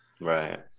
Right